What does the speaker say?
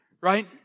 right